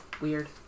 weird